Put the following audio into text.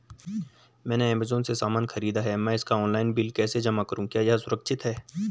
मैंने ऐमज़ान से सामान खरीदा है मैं इसका ऑनलाइन बिल कैसे जमा करूँ क्या यह सुरक्षित है?